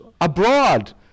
abroad